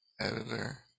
editor